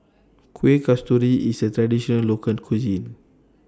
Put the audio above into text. Kuih Kasturi IS A Traditional Local Cuisine